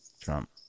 Trump